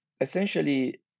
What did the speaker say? essentially